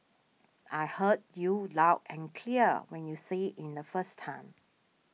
I heard you loud and clear when you said in the first time